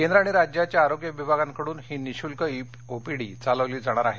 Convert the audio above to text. केंद्र आणि राज्याच्या आरोग्य विभागांकडून ही निःशुल्क ई ओपीडी चालविली जाणार आहे